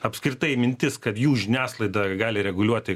apskritai mintis kad jų žiniasklaidą gali reguliuoti